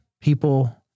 people